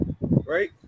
right